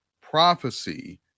prophecy